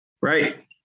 Right